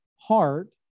heart